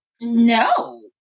no